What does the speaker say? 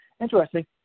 interesting